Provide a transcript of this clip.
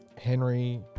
Henry